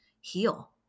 heal